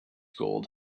gold